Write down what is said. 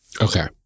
Okay